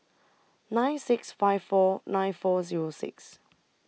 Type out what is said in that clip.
nine six five four nine four Zero six